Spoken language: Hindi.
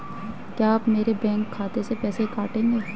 क्या आप मेरे बैंक खाते से पैसे काटेंगे?